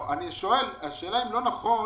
השאלה אם לא נכון